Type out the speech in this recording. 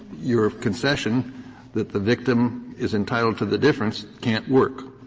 your concession that the victim is entitled to the difference can't work.